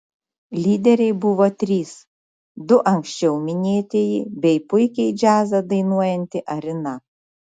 lyderiai buvo trys du anksčiau minėtieji bei puikiai džiazą dainuojanti arina